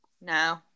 No